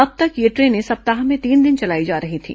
अब तक यह ट्रेनें सप्ताह में तीन दिन चलाई जा रही थी